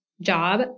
job